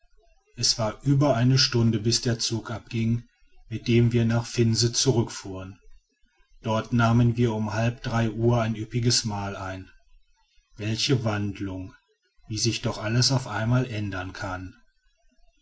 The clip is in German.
es war über eine stunde bis der zug abging mit dem wir nach finse zurückfuhren dort nahmen wir um halb drei uhr ein üppiges mahl ein welche wandlung wie sich doch alles auf einmal ändern kann